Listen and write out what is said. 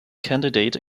candidate